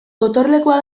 gotorlekua